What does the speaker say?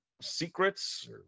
secrets